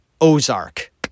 Ozark